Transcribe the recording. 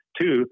two